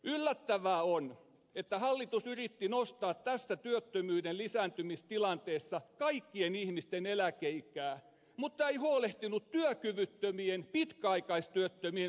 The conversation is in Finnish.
yllättävää on että hallitus yritti nostaa tässä työttömyyden lisääntymistilanteessa kaikkien ihmisten eläkeikää mutta ei huolehtinut työkyvyttömien pitkäaikaistyöttömien saattamisesta eläkkeelle